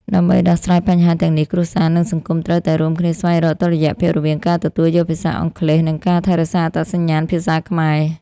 ដើម្បីដោះស្រាយបញ្ហាទាំងនេះ គ្រួសារ និងសង្គមត្រូវតែរួមគ្នាស្វែងរកតុល្យភាពរវាងការទទួលយកភាសាអង់គ្លេស និងការថែរក្សាអត្តសញ្ញាណភាសាខ្មែរ។